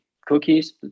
cookies